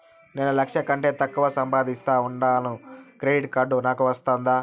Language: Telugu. నేను లక్ష కంటే తక్కువ సంపాదిస్తా ఉండాను క్రెడిట్ కార్డు నాకు వస్తాదా